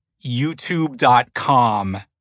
YouTube.com